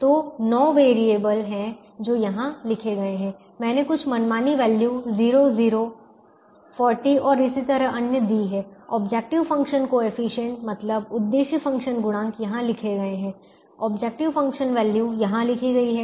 तो नौ वेरिएबल हैं जो यहां लिखे गए हैं मैंने कुछ मनमानी वैल्यू 0 0 40 और इसी तरह अन्य दी हैं ऑब्जेक्टिव फंक्शन कोएफिशिएंट मतलब उद्देश्य फ़ंक्शन गुणांक यहां लिखे गए हैं ऑब्जेक्टिव फ़ंक्शन वैल्यू यहां लिखी गई है